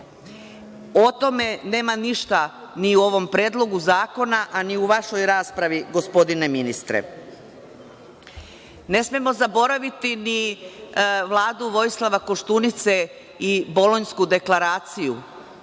O tome nema ništa ni u ovom predlogu zakona, a ni u vašoj raspravi, gospodine ministre. Ne smemo zaboraviti ni Vladu Vojislava Koštunice i Bolonjsku deklaraciju,